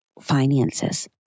Finances